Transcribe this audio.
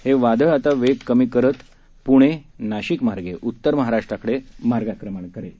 हे वादळ आता वेग कमी करत हे वादळ पुणे नाशिकमार्गे उत्तर महाराष्ट्राकडे मार्गक्रमण करेल